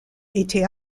était